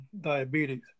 diabetes